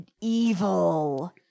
evil –